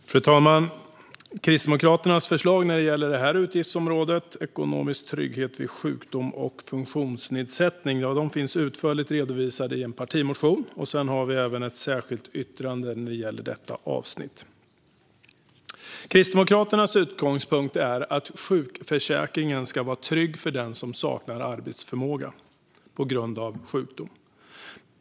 Fru talman! Kristdemokraternas förslag när det gäller utgiftsområde 10 Ekonomisk trygghet vid sjukdom och funktionsnedsättning finns utförligt redovisade i en partimotion. Vi har även ett särskilt yttrande när det gäller detta avsnitt. Kristdemokraternas utgångspunkt är att sjukförsäkringen ska vara trygg för den som saknar arbetsförmåga på grund av sjukdom.